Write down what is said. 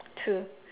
two